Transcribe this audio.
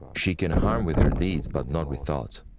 she can harm with her deeds, but not with thoughts.